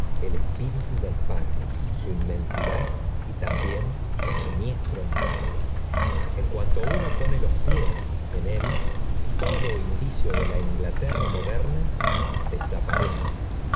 el espíritu del páramo su inmensidad y también su siniestro encanto en cuanto uno pone los pies en lj todo indicio de la inglaterra moderna desaparece